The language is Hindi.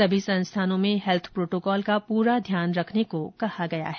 सभी संस्थानों में हैल्थ प्रोटोकॉल का पूरा ध्यान रखने को कहा गया है